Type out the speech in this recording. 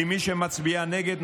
כי מי שמצביע נגד,